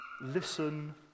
listen